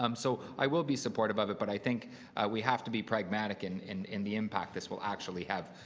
um so i will be supportive of it, but i think we have to be pragmatic and in in the impact this will actually have.